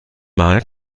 mal